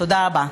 תודה רבה.